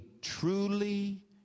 truly